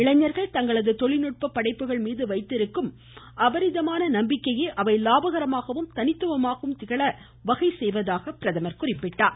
இளைஞர்கள் தங்களது தொழில்நுட்ப படைப்புகள் மீது வைத்திருக்கும் நம்பிக்கையே அவை லாபகரமாகவும் தனித்துவமாகவும் திகழ வகை செய்வதாக அவர் குறிப்பிட்டார்